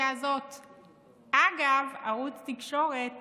אגב, ערוץ תקשורת